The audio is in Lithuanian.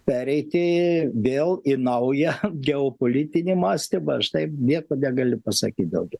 pereiti vėl į naują geopolitinį mąstymą aš taip nieko negaliu pasakyt daugiau